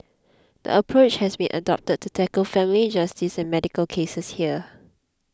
the approach has been adopted to tackle family justice and medical cases here